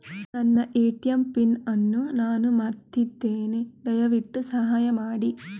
ನನ್ನ ATM pin ಅನ್ನು ನಾನು ಮರ್ತಿದ್ಧೇನೆ, ದಯವಿಟ್ಟು ಸಹಾಯ ಮಾಡಿ